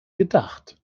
gedacht